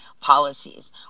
policies